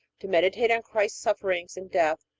to meditate on christ's sufferings and death,